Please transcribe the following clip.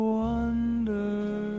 wonder